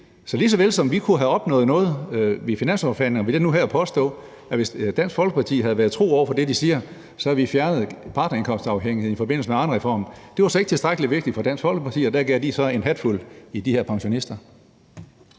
Så lige så vel som at vi kunne have opnået noget ved finanslovsforhandlingerne, vil jeg nu og her påstå, at hvis Dansk Folkeparti havde været tro over for det, de siger, så havde vi fjernet partnerindkomstafhængigheden i forbindelse med Arnereformen. Det var så ikke tilstrækkelig vigtigt for Dansk Folkeparti, og der blæste de så de her pensionister